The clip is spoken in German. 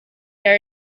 der